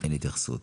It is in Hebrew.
אין התייחסות.